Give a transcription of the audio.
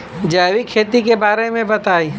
जैविक खेती के बारे में बताइ